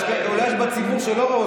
אבל אולי יש בציבור אנשים שלא ראו,